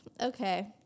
Okay